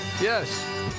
Yes